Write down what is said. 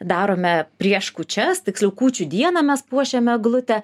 darome prieš kūčias tiksliau kūčių dieną mes puošiame eglutę